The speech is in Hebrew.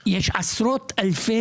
של שירותים